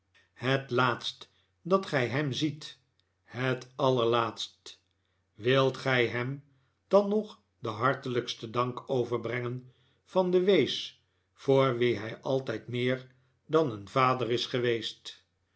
het laatst dat gij hem ziet het allerlaatst wilt gij hem dan nog den hartelijksten dank overbrengen van den wees voor wien hij altijd meer dan een vader is geweest